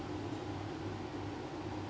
o K now